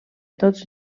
tots